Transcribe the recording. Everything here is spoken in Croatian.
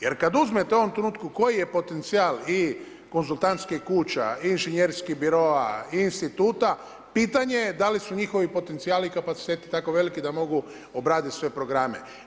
Jer kad uzmete u ovom trenutku koji je potencijal i konzultantskih kuća i inženjerskih biroa i instituta pitanje je da li su njihovi potencijali i kapaciteti tako veliki da mogu obradit sve programe.